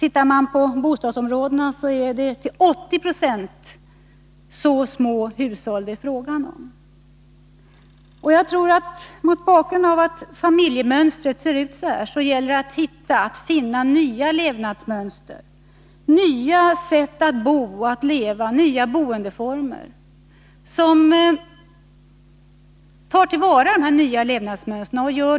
I många bostadsområden är det till 80 26 så små hushåll det är fråga om. Mot den bakgrunden gäller det att finna och stimulera nya sätt att bo och leva som passar det nya familjemönstret.